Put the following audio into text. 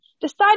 Decided